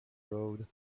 road